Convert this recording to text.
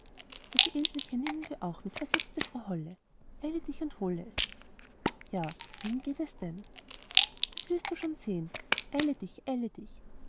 das eselchen nehmen wir auch mit versetzte frau holle eile dich und hole es ja wohin geht es denn das wirst du schon sehen eile dich eile dich